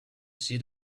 see